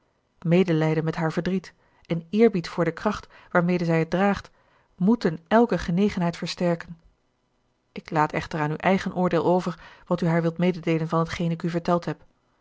medelijden met haar verdriet en eerbied voor de kracht waarmede zij het draagt moeten elke genegenheid versterken ik laat echter aan uw eigen oordeel over wat u haar wilt mededeelen van t geen ik u verteld heb